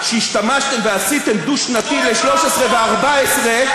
שהשתמשתם ועשיתם דו-שנתי ל-13' ו-14',